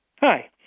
Hi